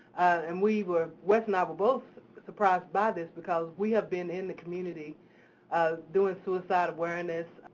and we were, wes and i were both surprised by this because we have been in the community um doing suicide awareness,